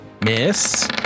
Miss